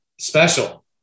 special